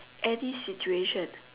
any situation